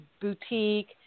boutique